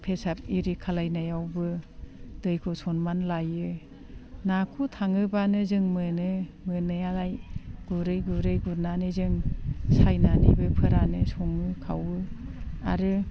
face-off इरि खालायनायावबो दैखौ सनमान लायो नाखौ थाङोब्लानो जों मोनो मोननायालाय गुरै गुरै गुरनानै जों सायनानैबो फोराननो सङो खावो आरो